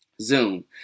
Zoom